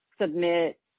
submit